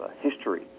history